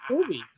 movies